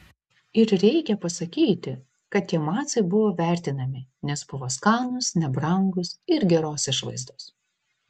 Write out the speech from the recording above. ir reikia pasakyti kad tie macai buvo vertinami nes buvo skanūs nebrangūs ir geros išvaizdos